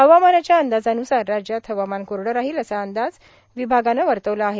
हवामानाच्या अंदाजान्सार राज्यात हवामान कोरड राहील असा अंदाज हवामान विभागानं वर्तवला आहे